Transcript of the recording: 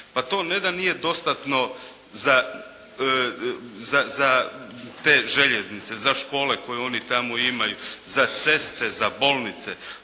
Pa to ne da nije dostatno za te željeznice, za škole koje oni tamo imaju, za ceste, za bolnice.